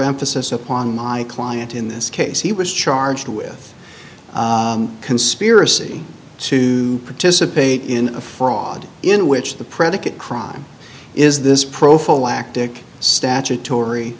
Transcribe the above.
emphasis upon my client in this case he was charged with conspiracy to participate in a fraud in which the predicate crime is this prophylactic statutory